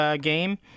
game